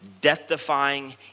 death-defying